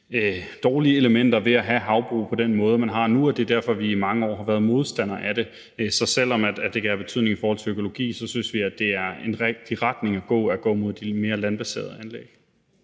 dårlige elementer ved at have havbrug på den måde, som man har det nu. Det er derfor, at vi i mange år har været modstander af det. Så selv om det kan have betydning i forhold til økologi, synes vi, at det er en rigtig retning at gå i, altså at gå mod de mere landbaserede anlæg.